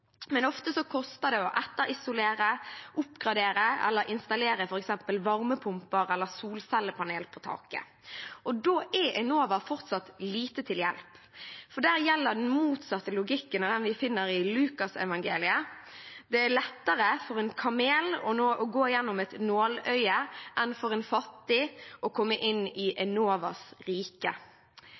Ofte koster det å etterisolere, oppgradere eller installere f.eks. varmepumper eller solcellepaneler på taket. Da er Enova fortsatt lite til hjelp, for der gjelder den motsatte logikken av den vi finner i Lukas-evangeliet: Det er lettere for en kamel å gå gjennom et nåløye enn for en fattig å komme inn i Enovas rike!